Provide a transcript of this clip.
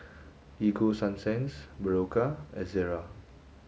Ego Sunsense Berocca and Ezerra